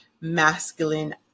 masculine